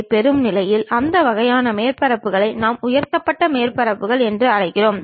இந்த வரைபடங்களின் வெவ்வேறு கண்ணோட்டங்களை பார்ப்போம் குறிப்பாக எறியம்